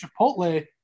Chipotle